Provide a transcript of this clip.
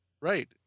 Right